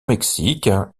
mexique